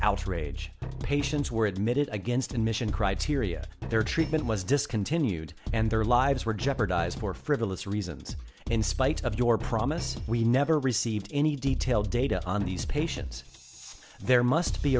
outrage patients were admitted against admission criteria their treatment was discontinued and their lives were jeopardized for frivolous reasons in spite of your promise we never received any detailed data on these patients there must be